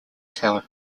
tower